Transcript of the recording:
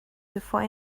before